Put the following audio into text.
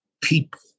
people